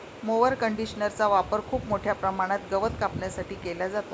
mower कंडिशनरचा वापर खूप मोठ्या प्रमाणात गवत कापण्यासाठी केला जातो